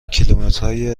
کیلومترهای